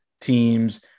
teams